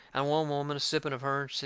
and one woman, a-sipping of hern,